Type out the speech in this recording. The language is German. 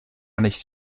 nicht